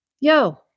Yo